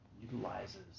utilizes